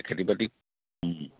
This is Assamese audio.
খেতি বাতি